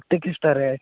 ଏତେ କିସ୍ଟା ରେଟ୍